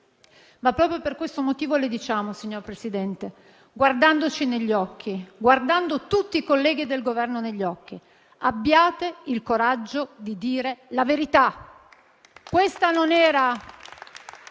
Ma proprio per questo motivo le diciamo, signor Presidente, guardandoci negli occhi, guardando tutti i colleghi del Governo negli occhi: abbiate il coraggio di dire la verità.